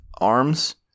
arms